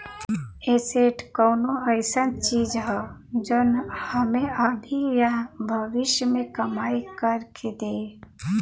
asset कउनो अइसन चीज हौ जौन हमें अभी या भविष्य में कमाई कर के दे